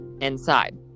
inside